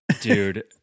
Dude